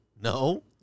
No